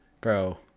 bro